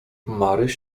maryś